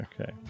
Okay